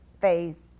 faith